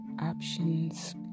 options